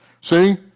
See